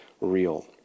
real